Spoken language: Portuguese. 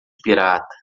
pirata